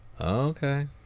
okay